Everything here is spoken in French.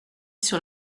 sur